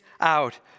out